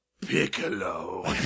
Piccolo